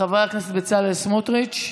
חבר הכנסת בצלאל סמוטריץ',